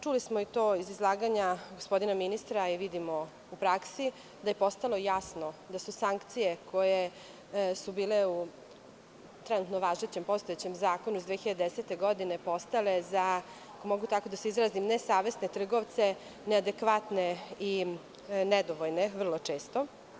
Čuli so i to iz izlaganja gospodina ministra, a i vidimo u praksi, da je postalo jasno da su sankcije koje su bile u trenutno važećem postojećem zakonu iz 2010. godine, postale za, mogu tako da se izrazim, nesavesne trgovce, neadekvatne i nedovoljne, vrlo često.